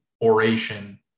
oration